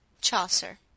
Chaucer